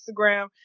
Instagram